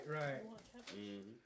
right